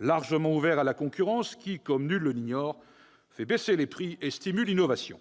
largement ouvert à la concurrence, laquelle, comme nul ne l'ignore, fait baisser les prix et stimule l'innovation ...